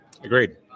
Agreed